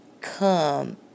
come